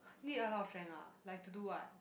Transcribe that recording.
need a lot of friend ah like to do what